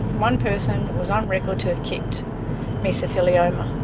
one person was on record to have kicked mesothelioma.